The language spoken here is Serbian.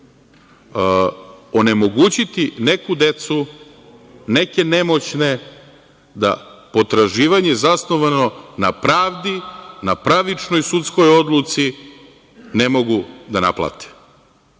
onemogućiti neku decu, neke nemoćne da potraživanje zasnovano na pravdi, na pravičnoj sudskoj odluci ne mogu da naplate. Neću